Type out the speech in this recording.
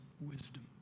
wisdom